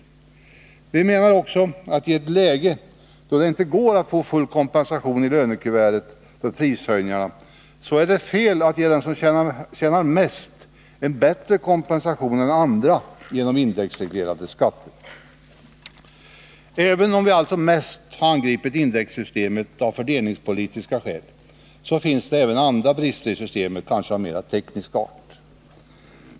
Vi menar också att i ett läge då det inte går att få full kompensation i lönekuvertet för prishöjningarna så är det fel att ge dem som tjänar mest bättre kompensation än andra genom indexreglerade skatter. Även om vi alltså mest har angripit indexsystemet av fördelningspolitiska skäl så finns det även andra brister i systemet av mera teknisk art.